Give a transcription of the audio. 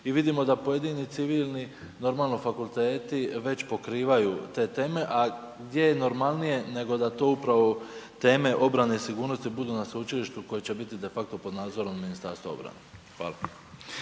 i vidimo da pojedini civilni, normalno, fakulteti već pokrivaju te teme, a gdje je normalnije nego da upravo teme obrane i sigurnosti budu na sveučilištu koje će biti de facto pod nadzorom MORH-a. Hvala.